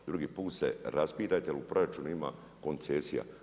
Drugi put se raspitajte jel' u proračunu ima koncesija.